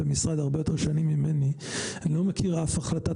המשרד הרבה יותר שנים ממני אני לא מכיר אף החלטת